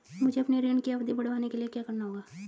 मुझे अपने ऋण की अवधि बढ़वाने के लिए क्या करना होगा?